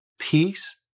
peace